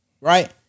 Right